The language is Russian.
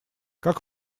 как